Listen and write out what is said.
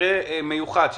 מקרה מיוחד,